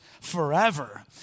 forever